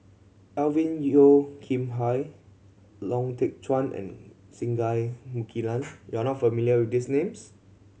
Alvin Yeo Khirn Hai Lau Teng Chuan and Singai Mukilan you are not familiar with these names